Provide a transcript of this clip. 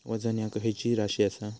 वजन ह्या खैची राशी असा?